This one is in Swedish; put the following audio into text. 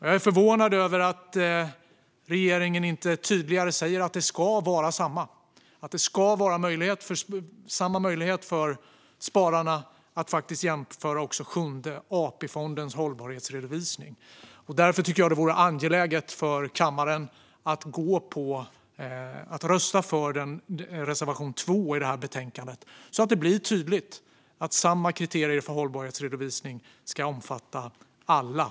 Jag är förvånad över att regeringen inte tydligare säger att det ska vara samma. Det ska finnas samma möjlighet för spararna att jämföra Sjunde AP-fondens hållbarhetsredovisning. Därför vore det angeläget för kammaren att rösta för reservation 2 i betänkandet så att det blir tydligt att samma kriterier för hållbarhetsredovisning ska omfatta alla.